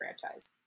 franchise